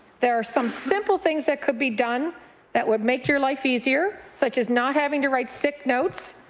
there are some simple things that could be done that would make your life easier such as not having to write sick notes